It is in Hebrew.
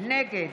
נגד